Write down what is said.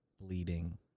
bleeding